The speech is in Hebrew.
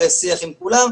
אחרי שיח עם כולם,